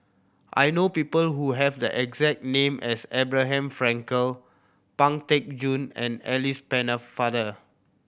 I know people who have the exact name as Abraham Frankel Pang Teck Joon and Alice Pennefather